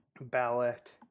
ballot